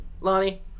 Lonnie